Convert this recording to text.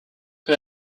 peu